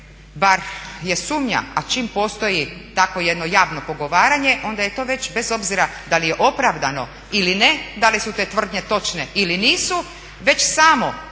bar je sumnja a čim postoji takvo jedno javno pogovaranje onda je to već bez obzira da li je opravdano ili ne, da li ste tvrdnje točne ili nisu već samo to javno